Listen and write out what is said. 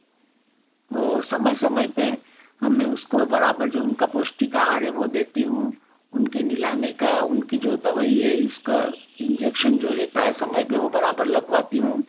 और समय समय पर हमें उसको बराबर जो उनका पोष्टिक आहार हो वह देती हूँ उनके नहलाने का उनकी जो दवाई है इसका इंजेक्शन जो रहता है समय पर वो बराबर लगवाती हूँ